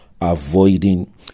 avoiding